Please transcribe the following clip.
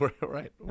right